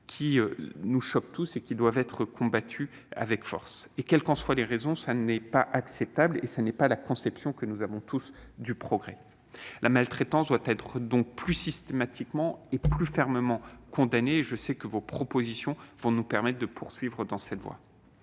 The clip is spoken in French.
qui nous choquent tous et qui doivent être combattus avec force. Quelles qu'en soient les raisons, ce n'est pas acceptable ! Ce n'est pas la conception que nous avons tous du progrès ! La maltraitance doit être donc plus systématiquement et plus fermement condamnée. Je sais que vos propositions vont nous permettre de poursuivre dans cette voie.